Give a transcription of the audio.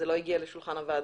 זה לא הגיע לשולחן הוועדה.